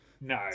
No